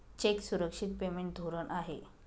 check सुरक्षित payment धोरण आहे